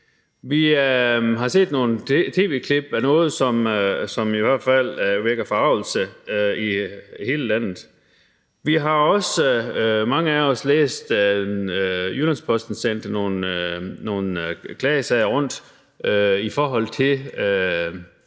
Vi har set nogle tv-klip med noget, som i hvert fald vækker forargelse i hele landet. Mange af os har også læst, at man i Jyllands-Posten har sendt nogle klagesager rundt i forhold til